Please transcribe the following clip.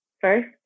first